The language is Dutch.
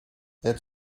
het